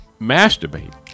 masturbate